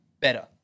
better